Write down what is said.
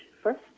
first